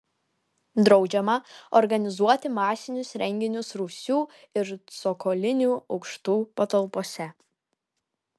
draudžiama organizuoti masinius renginius rūsių ir cokolinių aukštų patalpose